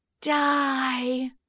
Die